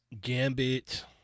Gambit